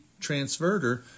transverter